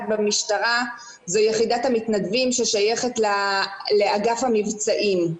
במשטרה זה יחידת המתנדבים ששייכת לאגף המבצעים.